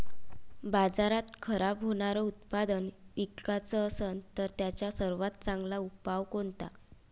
बाजारात खराब होनारं उत्पादन विकाच असन तर त्याचा सर्वात चांगला उपाव कोनता?